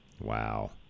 Wow